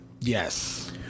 yes